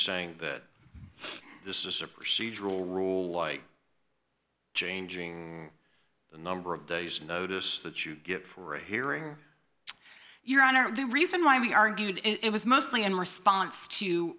saying that this is a procedural rule like changing the number of days notice that you get for a hearing or your honor the reason why we argued it was mostly in response to